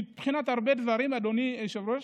מבחינת הרבה דברים, אדוני היושב-ראש,